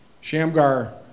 Shamgar